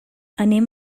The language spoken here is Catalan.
anem